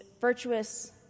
virtuous